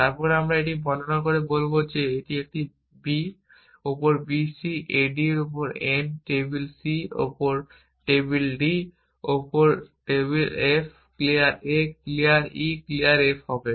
তারপর আমি এটি বর্ণনা করে বলব যে একটি b ওপর b c a dওপর n table c ওপর table d ওপর table f clear a clear e clear f হবে